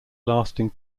lasting